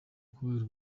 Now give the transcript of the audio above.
kubera